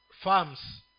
farms